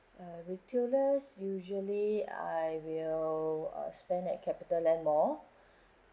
uh retailer usually I will uh spend at CapitaLand mall